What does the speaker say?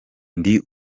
ndi